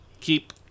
Keep